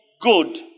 good